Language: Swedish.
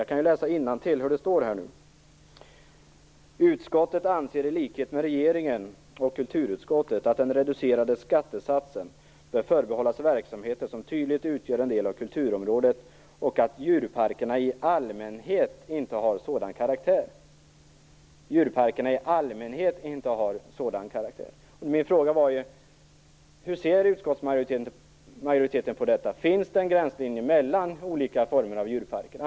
Jag skall läsa upp vad där står: "Utskottet anser i likhet med regeringen och kulturutskottet att den reducerade skattesatsen bör förbehållas verksamheter som tydligt utgör en del av kulturområdet och att djurparkerna i allmänhet inte har sådan karaktär." Hur ser utskottsmajoriteten på detta? Finns det en gränslinje mellan olika former av djurparker?